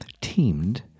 teamed